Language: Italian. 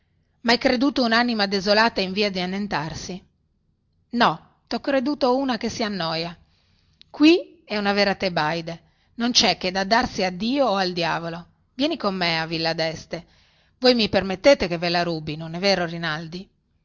mhai creduto unanima desolata in via di annientarsi no tho creduto una che si annoia qui e una vera tebaide non cè che da darsi a dio o al diavolo vieni con me a villa deste voi mi permettete che ve la rubi non è vero rinaldi